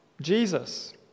Jesus